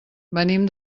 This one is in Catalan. venim